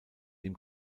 dem